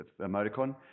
emoticon